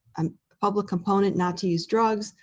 um public component not to use drugs.